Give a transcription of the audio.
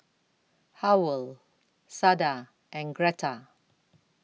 Howell Sada and Greta